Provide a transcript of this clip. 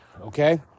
okay